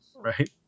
Right